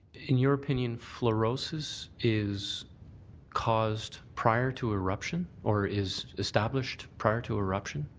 in your opinion, fluorosis is caused prior to eruption? or is established prior to eruption?